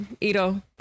Ito